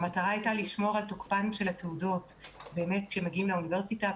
המטרה הייתה לשמור על תוקפן של התעודות כשמגיעים איתן לאוניברסיטה.